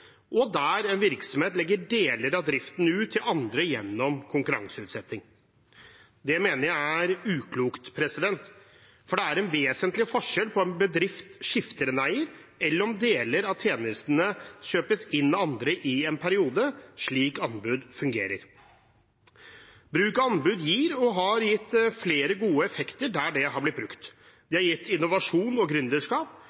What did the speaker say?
en virksomhet som legger deler av driften ut til andre gjennom konkurranseutsetting. Det mener jeg er uklokt, for det er en vesentlig forskjell på om en bedrift skifter eier, eller om deler av tjenestene kjøpes inn av andre i en periode, slik anbud fungerer. Bruk av anbud gir og har gitt flere gode effekter der det har blitt brukt.